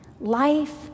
life